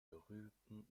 berühmten